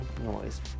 noise